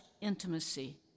intimacy